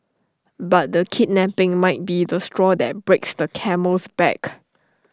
but the kidnapping might be the straw that breaks the camel's back